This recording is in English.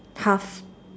half